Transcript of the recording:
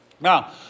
Now